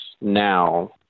now